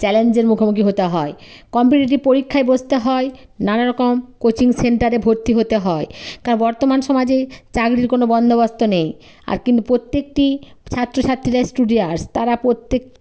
চ্যালেঞ্জের মুখোমুখি হতে হয় কম্পিটিটিভ পরীক্ষায় বসতে হয় নানারকম কোচিং সেন্টারে ভর্তি হতে হয় কারণ বর্তমান সমাজে চাকরির কোনো বন্দোবস্ত নেই আর প্রত্যেকটি ছাত্র ছাত্রীরা স্টুডিয়াস তারা প্রত্যেক